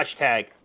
Hashtag